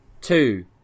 two